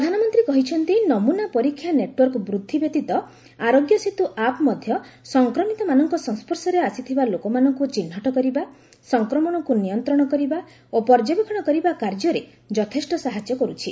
ପ୍ରଧାନମନ୍ତ୍ରୀ କହିଛନ୍ତି ନମୁନା ପରୀକ୍ଷା ନେଟ୍ୱର୍କ ବୃଦ୍ଧି ବ୍ୟତୀତ ଆରୋଗ୍ୟ ସେତୁ ଆପ୍ ମଧ୍ୟ ସଫ୍ରମିତମାନଙ୍କ ସଂସ୍କର୍ଶରେ ଆସିଥିବା ଲୋକମାନଙ୍କୁ ଚିହ୍ନଟ କରିବା ସଂକ୍ରମଣକୁ ନିୟନ୍ତ୍ରଣ କରିବା ଓ ପର୍ଯ୍ୟବେକ୍ଷଣ କରିବା କାର୍ଯ୍ୟରେ ଯଥେଷ୍ଟ ସାହାଯ୍ୟ କରୁଛି